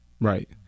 Right